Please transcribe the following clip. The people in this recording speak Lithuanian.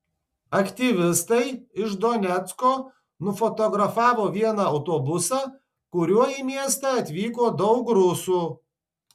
aktyvistai iš donecko nufotografavo vieną autobusą kuriuo į miestą atvyko daug rusų